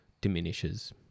diminishes